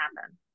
happen